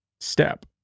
step